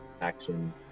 action